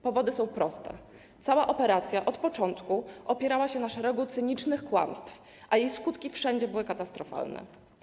Powody są proste, cała operacja od początku opierała się na szeregu cynicznych kłamstw, a jej skutki wszędzie były katastrofalne.